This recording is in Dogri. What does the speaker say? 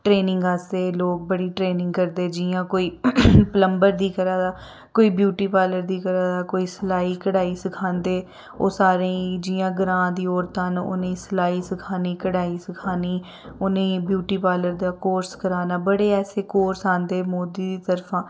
ट्रेनिंग आस्तै लोक बड़ी ट्रेंनिंग करदे जियां कोई पलम्बर दी करा दा कोई ब्युटी पार्लर दी करा दा कोई सलाई कडाई सखांदे ओह् सारें ई जियां ग्रांऽ दियां औरतां न उनेंई सलाई सखानी कडाई सखानी उनेंई ब्युटी पार्लर दा कोर्स कराना बड़े ऐसे कोर्स आंदे मोदी दी तरफां